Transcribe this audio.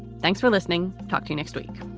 thanks for listening. talk to you next week